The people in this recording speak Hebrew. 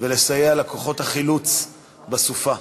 ולסייע לכוחות החילוץ בסופה.